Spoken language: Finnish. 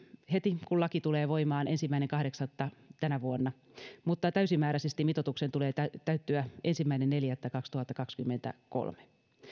heti kun laki tulee voimaan ensimmäinen kahdeksatta tänä vuonna mutta täysimääräisesti mitoituksen tulee täyttyä ensimmäinen neljättä kaksituhattakaksikymmentäkolme